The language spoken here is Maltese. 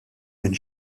minn